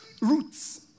roots